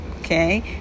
okay